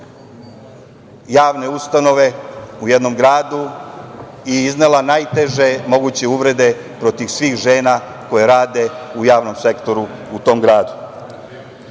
jedne javne ustanove u jednom gradu i iznela najteže moguće uvrede protiv svih žena koje rade u Javnom sektoru u tom gradu. Dok